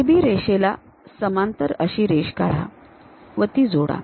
AB रेषेला समांतर रेषा काढा व ती जोडा